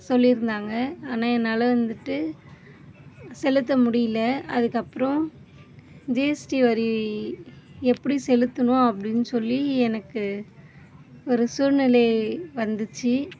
சொல்லியிருந்தாங்க ஆனால் என்னால் வந்துட்டு செலுத்த முடியிலை அதுக்கப்புறம் ஜிஎஸ்டி வரி எப்படி செலுத்துணும் அப்படின்னு சொல்லி எனக்கு ஒரு சூழ்நிலை வந்துச்சு